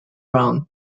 brown